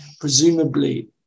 presumably